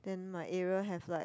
then my area have like